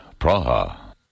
Praha